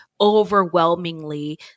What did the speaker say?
overwhelmingly